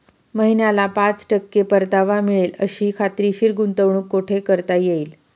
महिन्याला पाच टक्के परतावा मिळेल अशी खात्रीशीर गुंतवणूक कुठे करता येईल?